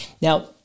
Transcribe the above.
Now